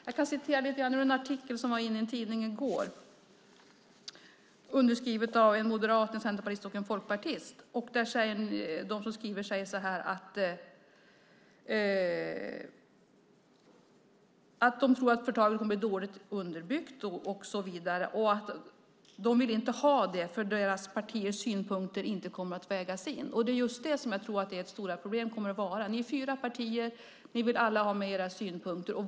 Jag kan hänvisa till en artikel i en tidning i går, underskriven av en moderat, en centerpartist och en folkpartist. De som skriver säger att de tror att förslaget kommer att bli dåligt underbyggt och så vidare. De vill inte ha det, för deras partiers synpunkter kommer inte att vägas in. Det är just det som jag tror att ert stora problem kommer att vara. Ni är fyra partier som alla vill ha med sina synpunkter.